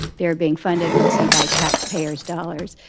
they're being funded mostly by taxpayer's dollars.